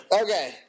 Okay